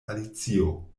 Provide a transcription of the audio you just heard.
alicio